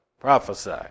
Prophesy